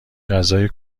غذای